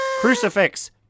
Crucifix